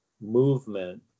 movement